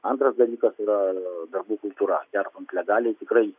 antras dalykas yra darbų kultūra kertant legaliai tikrai